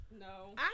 No